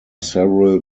several